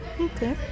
Okay